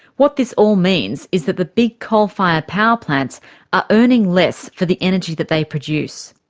what this all means is that the big coal-fired power plants are earning less for the energy that they produce.